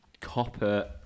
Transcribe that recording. copper